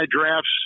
drafts